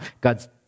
God's